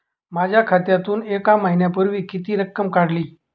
माझ्या खात्यातून एक महिन्यापूर्वी किती रक्कम काढली?